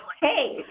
hey